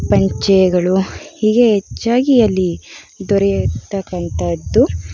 ಪಂಚೆಗಳು ಹೀಗೆ ಹೆಚ್ಚಾಗಿ ಅಲ್ಲಿ ದೊರೆಯತಕ್ಕಂಥದ್ದು